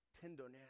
tenderness